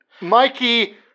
Mikey